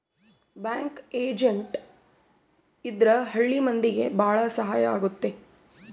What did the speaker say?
bank agent ಇದ್ರ ಹಳ್ಳಿ ಮಂದಿಗೆ ಭಾಳ ಸಹಾಯ ಆಗುತ್ತೆ